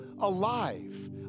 alive